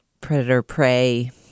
predator-prey